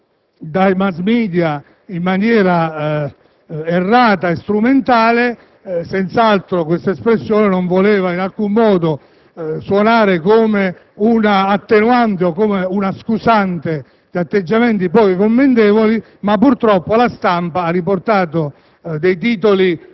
dai *mass media* in maniera errata e strumentale; senz'altro essa non voleva, in alcun modo, suonare come un'attenuante o una scusante di atteggiamenti poco commendevoli, ma, purtroppo, la stampa ha riportato la notizia